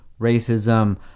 racism